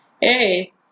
Hey